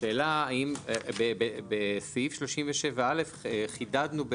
האם האוצר ישקול להאריך את התכנית הזאת של פדיון המכסות לפי הביקושים.